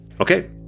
Okay